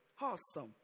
awesome